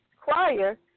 choir